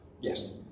Yes